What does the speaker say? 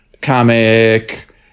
comic